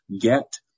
get